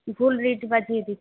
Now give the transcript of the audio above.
ভুল রিড বাজিয়ে দিচ্ছে